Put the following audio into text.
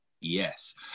Yes